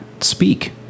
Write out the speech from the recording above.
speak